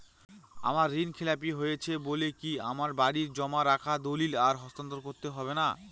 আমার ঋণ খেলাপি হয়েছে বলে কি আমার বাড়ির জমা রাখা দলিল আর হস্তান্তর করা হবে না?